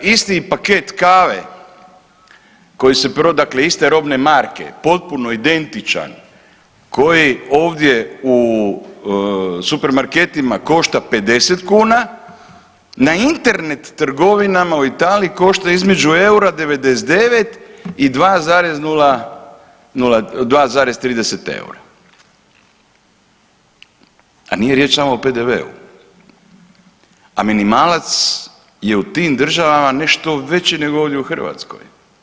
Isti paket kave koji se prodaje dakle iste robne marke potpuno identičan koji ovdje u supermarketima košta 50 kuna na Internet trgovinama u Italiji košta između eura 99 i 2,30 eura, a nije riječ samo o PDV-u, a minimalac je u tim državama nešto veći nego ovdje u Hrvatskoj.